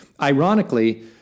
Ironically